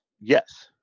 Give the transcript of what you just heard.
Yes